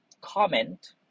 comment